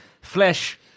flesh